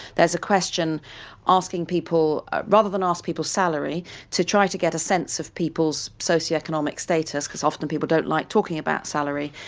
there's a question asking people rather than ask people's salary to try to get a sense of people's socioeconomic status because often people don't like talking about salary,